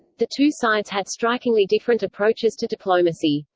the two sides had strikingly different approaches to diplomacy.